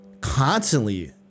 constantly